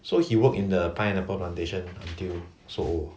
so he work in the pineapple plantation until he so old